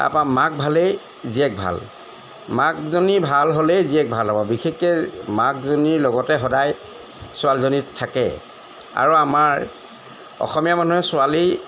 তাৰ পৰা মাক ভালেই জীয়েক ভাল মাকজনী ভাল হ'লেই জীয়েক ভাল হ'ব বিশেষকৈ মাকজনীৰ লগতে সদায় ছোৱালীজনী থাকে আৰু আমাৰ অসমীয়া মানুহে ছোৱালী